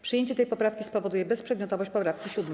Przyjęcie tej poprawki spowoduje bezprzedmiotowość poprawki 7.